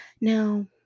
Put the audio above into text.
Now